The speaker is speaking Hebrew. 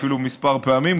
אפילו כמה פעמים.